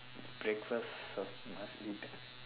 breakfast must must eat ah